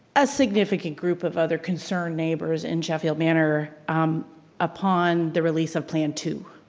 a significant group of other concerned neighbors in sheffield manor upon the release of plan two.